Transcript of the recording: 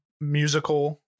musical